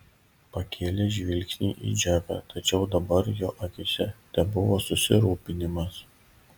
pakėlė žvilgsnį į džeką tačiau dabar jo akyse tebuvo susirūpinimas